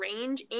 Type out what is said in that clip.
range